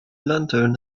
lantern